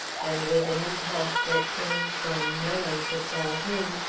and with an impulse that came from no one could tell whom,